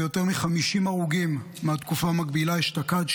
יותר מ-50 הרוגים מהתקופה המקבילה אשתקד,